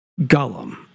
Gollum